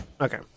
Okay